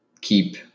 keep